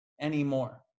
anymore